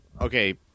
okay